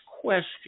question